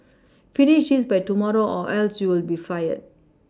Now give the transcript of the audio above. finish this by tomorrow or else you'll be fired